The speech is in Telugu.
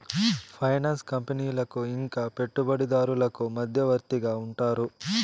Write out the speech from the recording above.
ఫైనాన్స్ కంపెనీలకు ఇంకా పెట్టుబడిదారులకు మధ్యవర్తిగా ఉంటారు